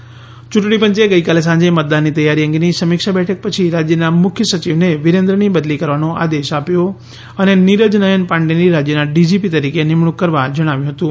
યૂંટણી પંચે ગઈકાલે સાંજે મતદાનની તૈયારી અંગેની સમીક્ષા બેઠક પછી રાજ્યના મુખ્ય સચિવને વીરેન્દ્રની બદલી કરવાનો આદેશ આપ્યો અને નીરજ નયન પાંડેની રાજ્યના ડીજીપી તરીકે નિમણુક કરવા જણાવ્યું હતું